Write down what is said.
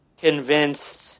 convinced